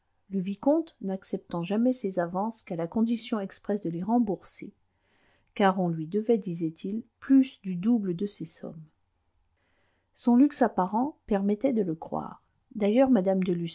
le vicomte n'acceptant jamais ces avances qu'à la condition expresse de les rembourser car on lui devait disait-il plus du double de ces sommes son luxe apparent permettait de le croire d'ailleurs mme